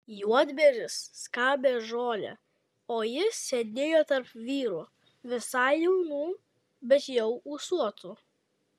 juodbėris skabė žolę o jis sėdėjo tarp vyrų visai jaunų bet jau ūsuotų